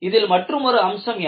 இதில் மற்றுமொரு அம்சம் என்ன